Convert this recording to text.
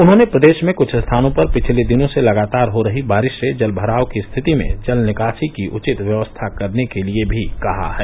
उन्होंने प्रदेश में कुछ स्थानों पर पिछले दिनों से लगातार हो रही बारिश से जल भराव की स्थिति में जल निकासी की उचित व्यवस्था करने के भी लिये कहा है